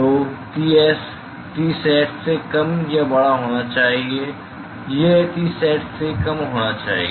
तो Ts Tsat से कम या बड़ा होना चाहिए यह Tsat से कम होना चाहिए